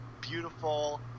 beautiful